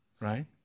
Right